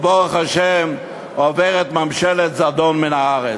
ברוך השם, עוברת ממשלת זדון מן הארץ.